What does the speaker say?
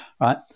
Right